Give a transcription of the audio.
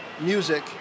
music